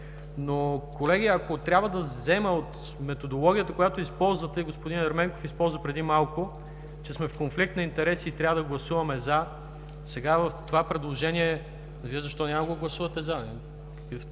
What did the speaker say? Колеги, ако трябва да взема от методологията, която използвате, господин Ерменков използва преди малко, че сме в конфликт на интереси и трябва да гласуваме „за“, сега за това предложение Вие защо няма да гласувате „за“?